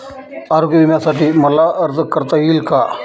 आरोग्य विम्यासाठी मला अर्ज करता येईल का?